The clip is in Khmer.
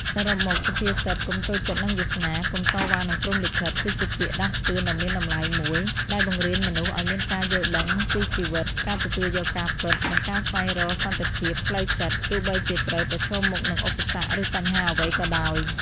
សរុបមក សុភាសិត កុំតូចចិត្តនឹងវាសនា កុំតវ៉ានឹងព្រហ្មលិខិត គឺជាពាក្យដាស់តឿនដ៏មានតម្លៃមួយ ដែលបង្រៀនមនុស្សឱ្យមានការយល់ដឹងពីជីវិត ការទទួលយកការពិត និងការស្វែងរកសន្តិភាពផ្លូវចិត្ត ទោះបីជាត្រូវប្រឈមមុខនឹងឧបសគ្គ ឬបញ្ហាអ្វីក៏ដោយ។